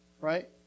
right